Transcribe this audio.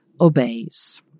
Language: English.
obeys